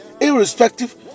irrespective